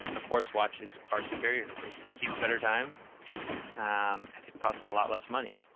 a quartz watch is far superior. it it keeps better time and it costs a lot less money.